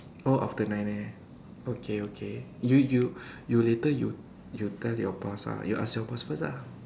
oh after nine eh okay okay you you you later you tell your boss ah you ask your boss first ah